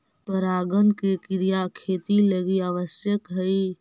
परागण के क्रिया खेती लगी आवश्यक हइ